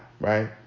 Right